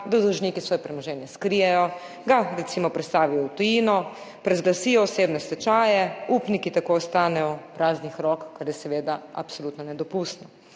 da dolžniki svoje premoženje skrijejo, ga recimo prestavijo v tujino, razglasijo osebne stečaje, upniki tako ostanejo praznih rok, kar je seveda absolutno nedopustno.